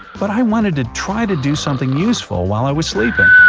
but i wanted to try to do something useful while i was sleeping.